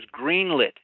greenlit